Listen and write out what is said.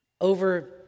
over